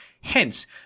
Hence